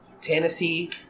Tennessee